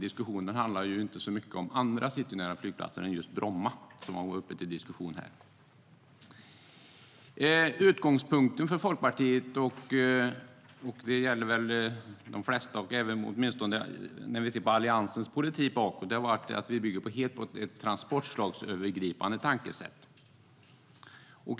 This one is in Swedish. Diskussionen handlar inte så mycket om andra citynära flygplatser än just om Bromma.Utgångspunkten för Folkpartiets och Alliansens politik sett bakåt har varit att vi bygger på ett transportslagsövergripande tankesätt.